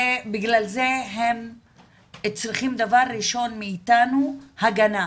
בגלל זה הם צריכים, דבר ראשון, מאיתנו - הגנה.